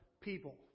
people